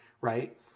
right